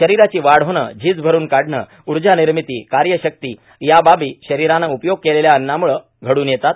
शरीराची वाढ होणं झीज भरून काढणं उर्जा निर्मिती कार्यशक्ती या बाबी शरीराने उपयोग केलेल्या अन्नामुळं घडून येतात